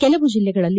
ಕೆಲವು ಜಿಲ್ಲೆಗಳಲ್ಲಿ